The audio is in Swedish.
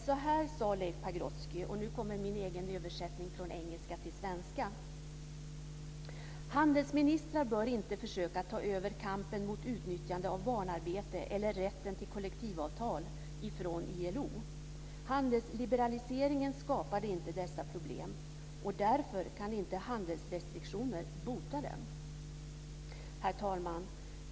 Så här sade Leif Pagrotsky - och nu kommer min egen översättning från engelska till svenska: Handelsministrar bör inte försöka ta över kampen mot utnyttjande av barnarbete eller rätten till kollektivavtal ifrån ILO. Handelsliberaliseringen skapade inte dessa problem, och därför kan inte handelsrestriktioner bota dem. Herr talman!